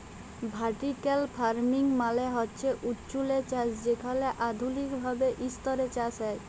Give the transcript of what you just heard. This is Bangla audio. ভার্টিক্যাল ফারমিং মালে হছে উঁচুল্লে চাষ যেখালে আধুলিক ভাবে ইসতরে চাষ হ্যয়